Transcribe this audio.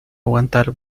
aguantar